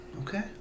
Okay